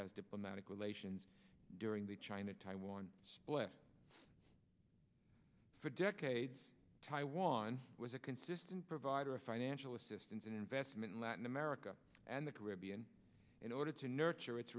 has diplomatic relations during the china taiwan split for decades taiwan was a consistent provider of financial assistance and investment in latin america and the caribbean in order to nurture it